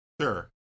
sure